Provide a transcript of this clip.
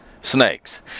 snakes